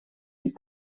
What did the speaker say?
his